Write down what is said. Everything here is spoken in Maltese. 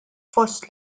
fost